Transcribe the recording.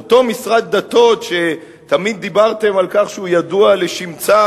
אותו משרד דתות שתמיד דיברתם על כך שהוא ידוע לשמצה